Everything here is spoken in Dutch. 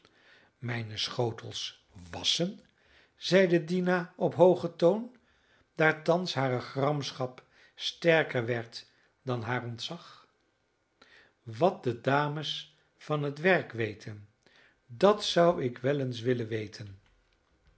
mijne schotels wasschen zeide dina op hoogen toon daar thans hare gramschap sterker werd dan haar ontzag wat de dames van het werk weten dat zou ik wel eens willen weten